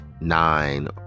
nine